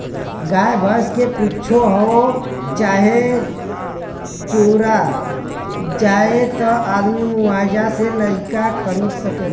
गाय भैंस क कुच्छो हो जाए चाहे चोरा जाए त आदमी मुआवजा से नइका खरीद सकेला